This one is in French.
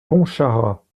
pontcharrat